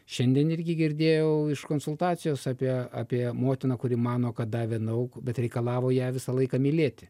šiandien irgi girdėjau iš konsultacijos apie apie motiną kuri mano kad davė daug bet reikalavo ją visą laiką mylėti